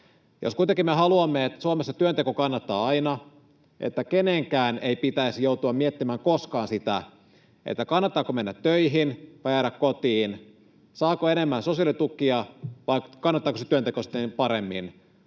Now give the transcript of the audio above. Jos kuitenkin me haluamme, että Suomessa työnteko kannattaa aina, että kenenkään ei pitäisi joutua miettimään koskaan sitä, kannattaako mennä töihin vai jäädä kotiin, saako enemmän sosiaalitukia vai kannattaako se työnteko sittenkin paremmin,